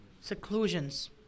Seclusions